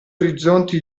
orizzonti